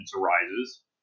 Arises